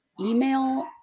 email